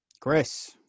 Chris